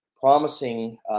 promising